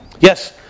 Yes